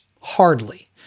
Hardly